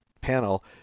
panel